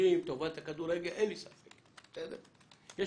אין לי ספק שיש